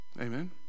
Amen